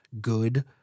good